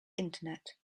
internet